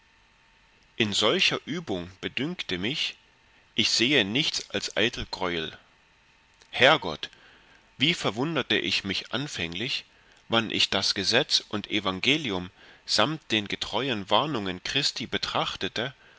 in solcher übung bedünkte mich ich sähe nichts als eitel greuel herrgott wie verwunderte ich mich anfänglich wann ich das gesetz und evangelium samt den getreuen warnungen christi betrachtete